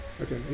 Okay